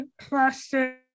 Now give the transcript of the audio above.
plastic